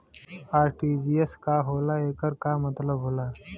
RTGS का होला एकर का मतलब होला?